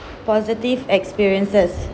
positive experiences